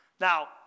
Now